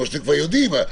רגע.